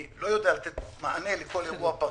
אני לא יודע לתת מענה לכל אירוע פרטני,